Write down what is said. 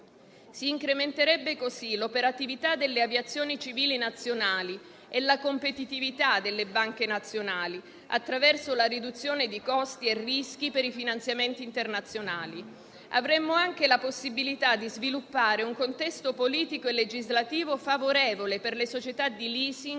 Si incrementerebbe così l'operatività delle aviazioni civili nazionali e la competitività delle banche nazionali attraverso la riduzione di costi e rischi per i finanziamenti internazionali. Avremo anche la possibilità di sviluppare un contesto politico e legislativo favorevole per le società di *leasing*